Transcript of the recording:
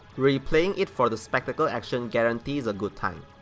replaying it for the spectacle action guarantees a good time.